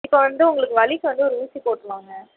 இப்போது வந்து உங்களுக்கு வலிக்கு வந்து ஒரு ஊசி போட்டுருவாங்க